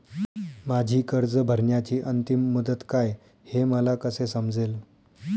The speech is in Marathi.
माझी कर्ज भरण्याची अंतिम मुदत काय, हे मला कसे समजेल?